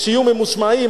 שיהיו ממושמעים,